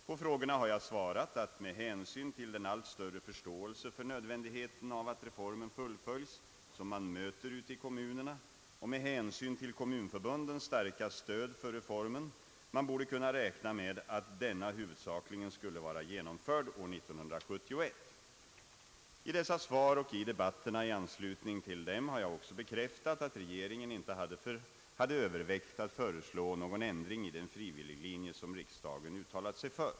På frågorna har jag svarat att med hänsyn till den allt större förståelse för nödvändigheten av att reformen fullföljs, som man möter ute i kommunerna, och med hänsyn till kommunförbundens starka stöd för reformen man borde kunna räkna med att denna huvudsakligen skulle vara genomförd år 1971. I dessa svar och i debatterna i anslutning till dem har jag också bekräftat att regeringen inte hade övervägt att föreslå någon ändring i den frivilliglinje som riksdagen uttalat sig för.